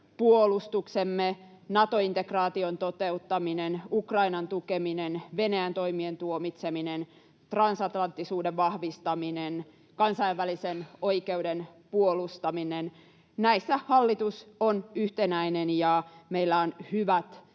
puolustuksemme, Nato-integraation toteuttaminen, Ukrainan tukeminen, Venäjän toimien tuomitseminen, transatlanttisuuden vahvistaminen ja kansainvälisen oikeuden puolustaminen. Näissä hallitus on yhtenäinen, ja meillä on hyvät